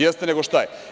Jeste, nego šta je.